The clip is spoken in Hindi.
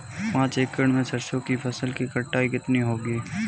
पांच एकड़ में सरसों की फसल की कटाई कितनी होगी?